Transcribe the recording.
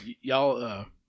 y'all